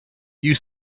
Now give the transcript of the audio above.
you